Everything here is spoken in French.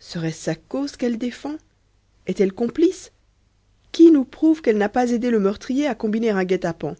serait-ce sa cause qu'elle défend est-elle complice qui nous prouve qu'elle n'a pas aidé le meurtrier à combiner un guet-apens